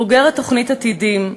בוגרת תוכנית "עתידים",